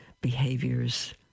behaviors